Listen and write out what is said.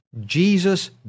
jesus